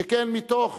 שכן מתוך